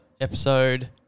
episode